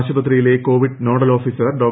ആശുപത്രിയിലെ covid nodal officer ഡോ